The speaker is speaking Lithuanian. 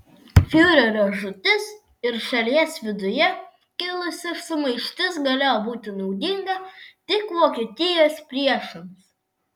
fiurerio žūtis ir šalies viduje kilusi sumaištis galėjo būti naudinga tik vokietijos priešams